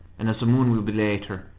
and as the moon will be later,